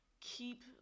keep